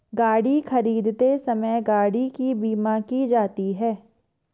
गाड़ी खरीदते समय गाड़ी की बीमा की जाती है